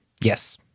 yes